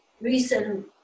recent